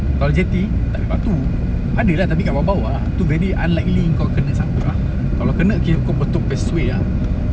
kalau jeti tak ada batu adalah tapi kat bawah bawah ah itu very unlikely engkau kena sangkut ah kalau kena K kau betul persuade ah